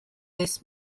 this